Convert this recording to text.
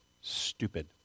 stupid